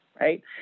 Right